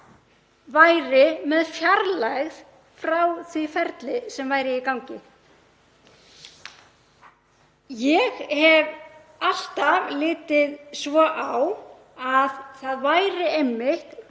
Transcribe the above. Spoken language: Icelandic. væri með fjarlægð frá því ferli sem væri í gangi. Ég hef alltaf litið svo á að það væri einmitt